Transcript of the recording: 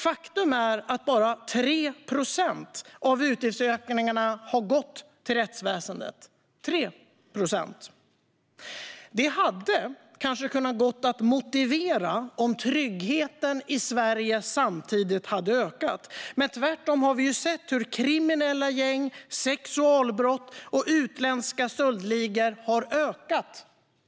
Faktum är att bara 3 procent av utgiftsökningarna har gått till rättsväsendet - 3 procent! Det hade kanske kunnat gå att motivera om tryggheten i Sverige samtidigt hade ökat. Men tvärtom har vi ju sett hur kriminella gäng, sexualbrott och utländska stöldligor har ökat i antal.